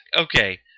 Okay